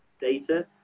data